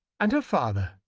and her father?